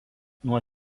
nuo